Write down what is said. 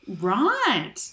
right